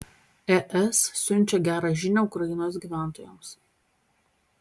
es siunčia gerą žinią ukrainos gyventojams